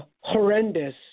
horrendous